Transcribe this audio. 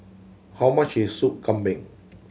how much is Sup Kambing